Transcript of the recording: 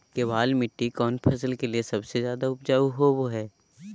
केबाल मिट्टी कौन फसल के लिए सबसे ज्यादा उपजाऊ होबो हय?